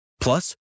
Plus